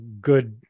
good